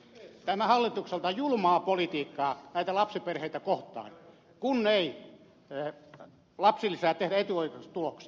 tämä on hallitukselta julmaa politiikkaa näitä lapsiperheitä kohtaan kun ei lapsilisää tehdä etuoikeutetuksi tuloksi